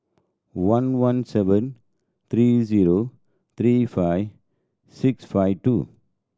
one one seven three zero three five six five two